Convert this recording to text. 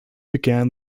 began